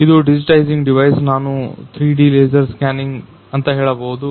ಇದು digitizing device ನಾವು 3D laser scanning ಅಂತ ಹೇಳಬಹುದು